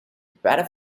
better